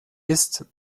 ist